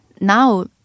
now